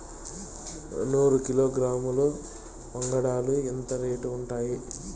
నూరు కిలోగ్రాముల వంగడాలు ఎంత రేటు ఉంటుంది?